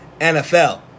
NFL